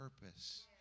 purpose